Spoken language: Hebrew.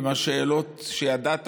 עם השאלות שידעת,